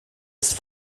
ist